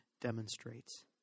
demonstrates